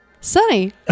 Sunny